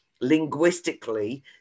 linguistically